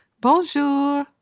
Bonjour